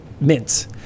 mints